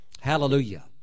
Hallelujah